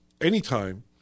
anytime